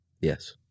Yes